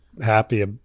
happy